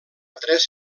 tres